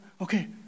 Okay